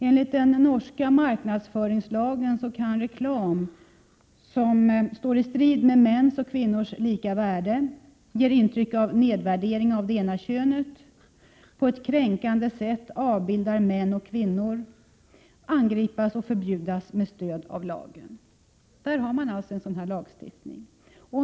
Enligt den norska marknadsföringslagen kan reklam som står i strid med mäns och kvinnors lika värde, ger intryck av nedvärdering av det ena könet samt på ett kränkande sätt avbildar män och kvinnor angripas och förbjudas med stöd av lagen.